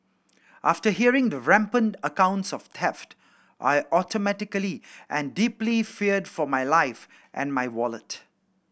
after hearing the rampant accounts of theft I automatically and deeply feared for my life and my wallet